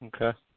Okay